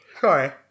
Sorry